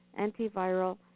antiviral